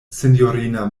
sinjorina